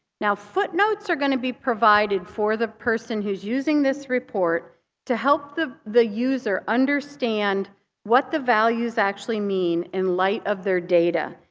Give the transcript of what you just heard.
now footnotes are going to be provided for the person who's using this report to help the the user understand what the values actually mean in light of their data.